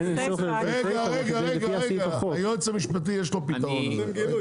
(קריאות) רגע, רגע, היועץ המשפטי יש לו פתרון לזה.